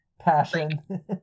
passion